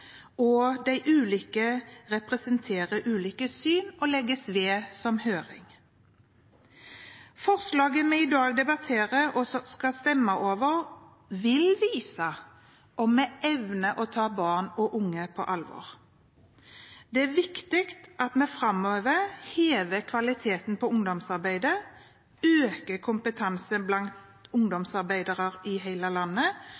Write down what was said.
og de unge representerer ulike syn som legges ved som høring. Forslaget vi i dag debatterer og skal stemme over, vil vise om vi evner å ta barn og unge på alvor. Det er viktig at vi framover hever kvaliteten på ungdomsarbeidet, øker kompetansen blant ungdomsarbeidere i hele landet